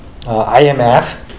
IMF